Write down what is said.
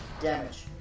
damage